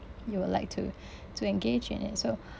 you would like to to engage in it so